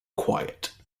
quiet